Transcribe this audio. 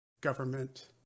government